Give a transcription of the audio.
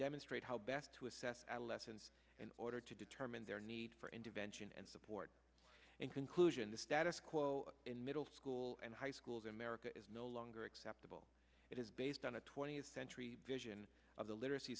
demonstrate how best to assess adolescents and order to determine their need for intervention and support and conclusion the status quo in middle school and high schools in america is no longer acceptable it is based on a twentieth century vision of the literacy